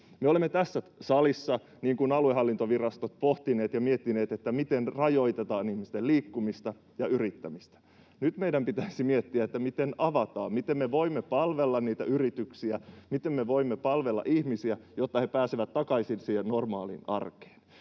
Me olemme tässä salissa, kuten aluehallintovirastot, pohtineet ja miettineet, miten rajoitetaan ihmisten liikkumista ja yrittämistä. Nyt meidän pitäisi miettiä, miten avataan, miten me voimme palvella yrityksiä, miten me voimme palvella ihmisiä, jotta he pääsevät takaisin normaaliin arkeen.